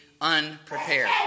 unprepared